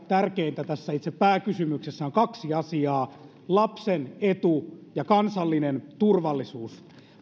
tärkeintä tässä itse pääkysymyksessä on kaksi asiaa lapsen etu ja kansallinen turvallisuus